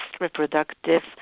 reproductive